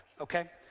okay